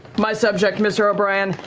my subject, mr. o'brien,